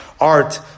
art